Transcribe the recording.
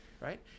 right